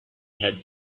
had